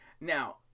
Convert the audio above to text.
Now